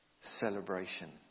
celebration